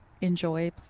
enjoy